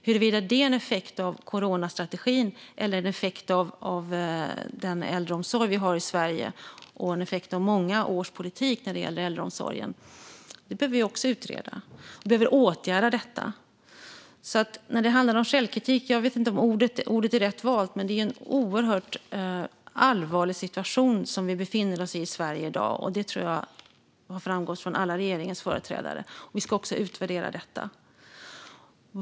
Huruvida det är en effekt av coronastrategin eller av den äldreomsorg vi har i Sverige och många års politik när det gäller äldreomsorgen behöver vi också utreda. Vi behöver åtgärda detta. När det handlar om självkritik vet jag inte om ordet är rätt valt, men det är en oerhört allvarlig situation vi i Sverige i dag befinner oss i. Det tror jag har framgått från alla regeringens företrädare. Vi ska också utvärdera detta.